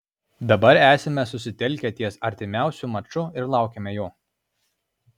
dabar esame susitelkę ties artimiausi maču ir laukiame jo